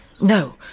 No